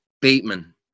Bateman